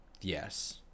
Yes